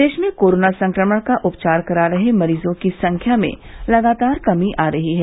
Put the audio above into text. प्रदेश में कोरोना संक्रमण का उपचार करा रहे मरीजों की संख्या में लगातार कमी आ रही है